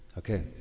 Okay